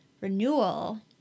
renewal